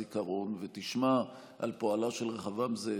הזיכרון ותשמע על פועלו של רחבעם זאבי,